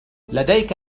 لديك